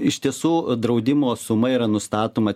iš tiesų draudimo suma yra nustatoma